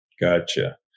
Gotcha